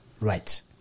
right